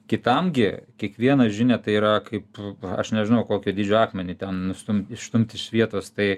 kitam gi kiekvieną žinią tai yra kaip aš nežinau kokio dydžio akmenį ten nustumt išstumt iš vietos tai